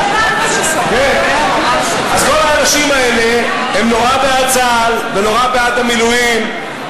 אז כל האנשים האלה הם נורא בעד צה"ל ונורא בעד המילואים,